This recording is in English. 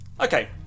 Okay